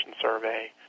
survey